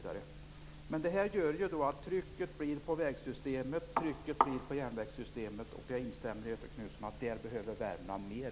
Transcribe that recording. Detta gör att det blir ett tryck på vägsystemet och järnvägssystemet, och jag instämmer med Göthe Knutson att där behöver Värmland mer.